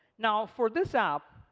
now for this app,